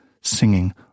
singing